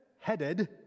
headed